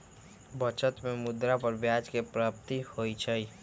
बचत में मुद्रा पर ब्याज के प्राप्ति होइ छइ